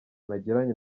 nagiranye